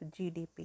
GDP